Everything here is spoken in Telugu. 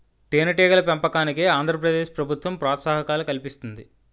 తేనెటీగల పెంపకానికి ఆంధ్ర ప్రదేశ్ ప్రభుత్వం ప్రోత్సాహకాలు కల్పిస్తుంది